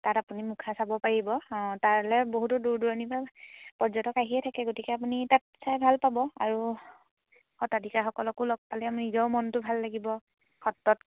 তাত আপুনি মুখা চাব পাৰিব অঁ তালৈ বহুতো দূৰ দূৰণিৰপৰা পৰ্যটক আহিয়ে থাকে গতিকে আপুনি তাত চাই ভাল পাব আৰু সত্ৰাধিকাৰসকলকো লগ পালে নিজৰো মনটো ভাল লাগিব সত্ৰত